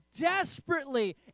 desperately